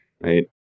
right